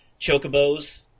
chocobos